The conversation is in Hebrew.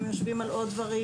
אם הם יושבים על עוד דברים.